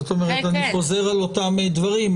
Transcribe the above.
אני חוזר על אותם דברים,